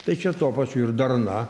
tai čia tuo pačiu ir darna